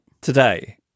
Today